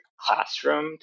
classroom